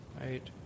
Right